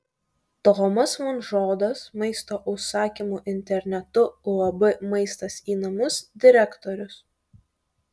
tomas vonžodas maisto užsakymo internetu uab maistas į namus direktorius